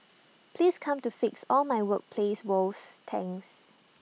please come to fix all my workplace woes thanks